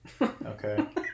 okay